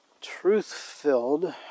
truth-filled